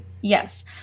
yes